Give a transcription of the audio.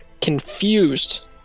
confused